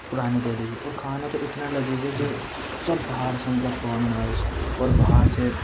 پرانی دہلی اور کھانا تو اتنا لذیذ ہے کہ سب باہر سے مطلب فورنرز اور باہر سے